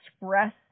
express